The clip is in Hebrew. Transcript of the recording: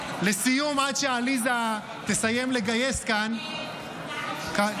לסיום, עד שעליזה תסיים לגייס כאן, סיימנו.